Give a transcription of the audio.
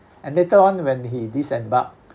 and later on when he disembarked